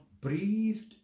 breathed